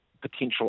potential